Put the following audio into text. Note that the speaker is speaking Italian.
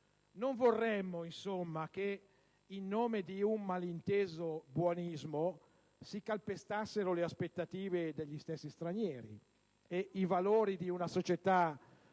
Non vorremmo insomma che, in nome di un malinteso buonismo, si calpestassero le aspettative degli stessi stranieri e i valori di una società